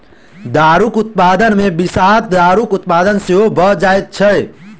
दारूक उत्पादन मे विषाक्त दारूक उत्पादन सेहो भ जाइत छै